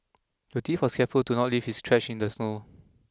the thief was careful to not leave his tracks in the snow